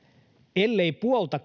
ellei puolta